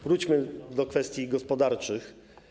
Wróćmy do kwestii gospodarczych.